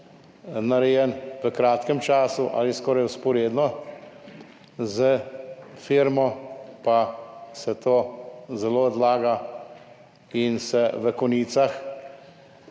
narejen v kratkem času ali skoraj vzporedno s firmo, pa se to zelo odlaga in v konicah